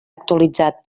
actualitzat